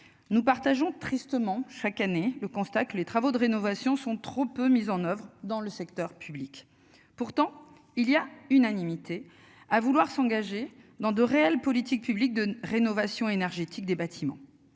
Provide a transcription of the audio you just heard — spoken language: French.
Nous partageons tristement chaque année le constat que les travaux de rénovation sont trop peu mises en oeuvre dans le secteur public. Pourtant il y a unanimité à vouloir s'engager dans de réelles politique publique de rénovation énergétique des bâtiments.